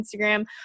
Instagram